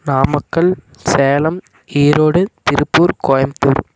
Namakkal Salem Erode Tiruppur Coimbatore